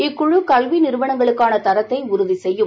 இக்குழு கல்வி நிறுவனங்களுக்கான தரத்தை உறுதி செய்யும்